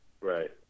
Right